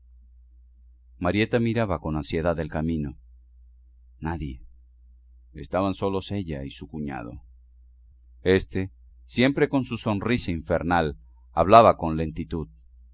marieta miraba con ansiedad el camino nadie estaban solos ella y su cuñado éste siempre con su sonrisa infernal hablaba con lentitud